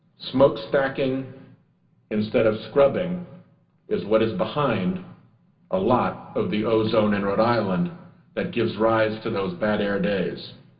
smokestacking instead of scrubbing is what is behind a lot of the ozone in rhode island that gives rise to those bad air days.